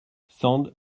sand